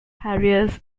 harriers